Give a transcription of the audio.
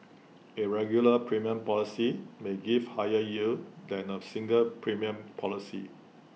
A regular premium policy may give higher yield than A single premium policy